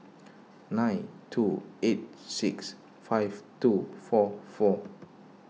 nine two eight six five two four four